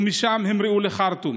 ומשם המריאו לחרטום.